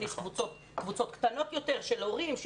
להכניס קבוצות קטנות יותר של הורים.